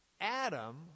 Adam